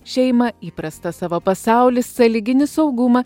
šeimą įprastą savo pasaulį sąlyginį saugumą